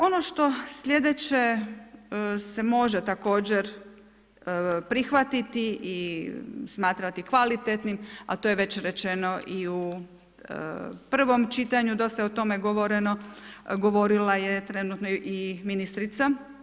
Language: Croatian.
Ono što sljedeće se može također prihvatiti i smatrati kvalitetnim, a to je već rečeno i u prvom čitanju, dosta je o tome govoreno, govorila je trenutno i ministrica.